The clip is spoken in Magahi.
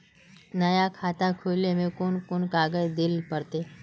नया खाता खोले में कौन कौन कागज देल पड़ते?